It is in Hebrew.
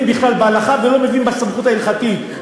בכלל בהלכה ולא מבין בסמכות ההלכתית,